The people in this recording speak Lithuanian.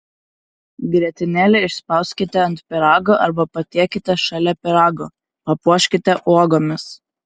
grietinėlę išspauskite ant pyrago arba patiekite šalia pyrago papuoškite uogomis